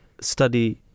Study